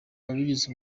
wabigize